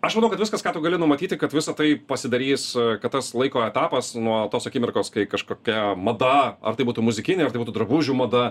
aš manau kad viskas ką tu gali numatyti kad visa tai pasidarys kad tas laiko etapas nuo tos akimirkos kai kažkokia mada ar tai būtų muzikinė ar tai būtų drabužių mada